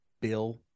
Bill